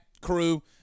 crew